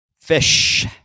Fish